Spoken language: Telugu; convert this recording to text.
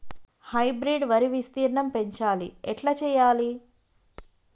హైబ్రిడ్ వరి విస్తీర్ణం పెంచాలి ఎట్ల చెయ్యాలి?